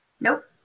Nope